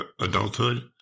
adulthood